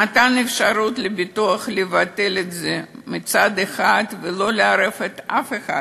זה נתן אפשרות לביטוח לבטל את זה באופן חד-צדדי ולא לערב אף אחד.